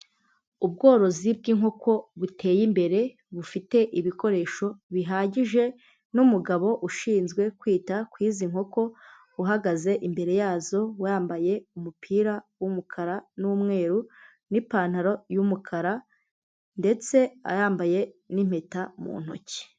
Ubworozi bw'inkoko buteye imbere, bufite ibikoresho bihagije, n'umugabo ushinzwe kwita kw'izi nkoko, uhagaze imbere yazo, wambaye umupira w'umukara n'umweru, n'ipantaro y'umukara ndetse yambaye n'impeta mu ntoki.